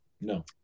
No